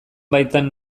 baitan